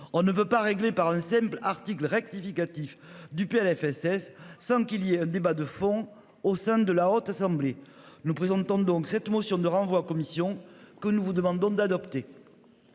On ne peut pas régler par un simple article rectificatif du PLFSS, sans qu'il y ait un débat de fond au sein de la Haute Assemblée. Le président de temps donc cette motion de renvoi en commission que nous vous demandons d'adopter.